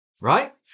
right